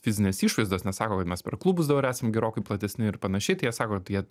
fizinės išvaizdos nes sako kad mes per klubus dabar esam gerokai platesni ir panašiai tai jie sako ir tai tie